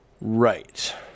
Right